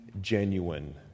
genuine